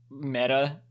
meta